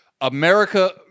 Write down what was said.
America